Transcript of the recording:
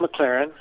McLaren